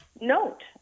note